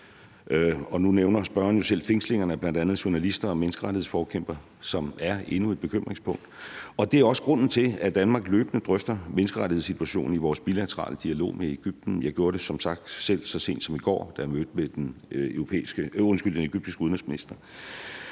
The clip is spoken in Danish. Nu nævner spørgeren jo selv fængslingerne af bl.a. journalister og menneskerettighedsforkæmpere, som er endnu et bekymringspunkt. Det er også grunden til, at Danmark løbende drøfter menneskerettighedssituationen i vores bilaterale dialog med Egypten. Jeg gjorde det som sagt selv så sent som i går, da jeg mødtes med den egyptiske udenrigsminister.